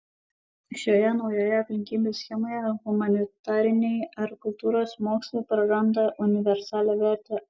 šioje naujoje aplinkybių schemoje humanitariniai ar kultūros mokslai praranda universalią vertę